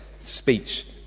speech